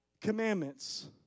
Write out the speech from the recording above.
commandments